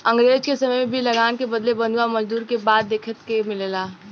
अंग्रेज के समय में भी लगान के बदले बंधुआ मजदूरी के बात देखे के मिलेला